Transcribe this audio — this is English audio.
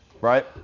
right